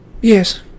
Yes